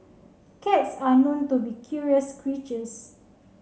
cats are known to be curious creatures